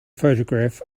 photograph